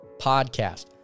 Podcast